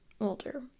older